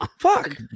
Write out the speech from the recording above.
Fuck